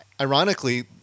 Ironically